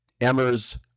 emmer's